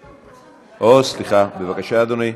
בבקשה, אדוני.